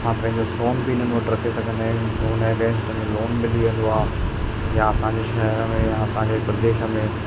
असां पंहिंजो सोन बि हिननि वटि रखे सघंदा आहियूं सोन जे बदले में असांखे सोन मिली वेंदो आहे या असांखे शहर में असांजे प्रदेश में